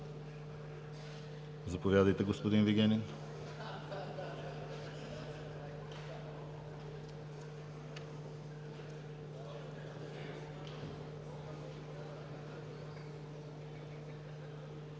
Заповядайте, господин Вигенин.